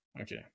Okay